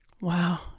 Wow